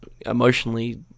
emotionally